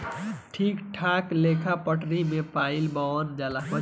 ठीक ठाक लेखा पटरी से पलाइ बनावल जाला